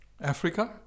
Africa